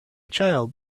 child